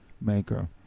maker